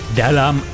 dalam